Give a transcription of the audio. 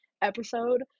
episode